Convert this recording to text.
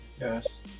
yes